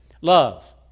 love